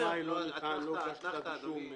נגד אף שמאי לא הוגש כתב אישום.